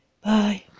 bye